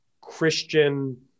Christian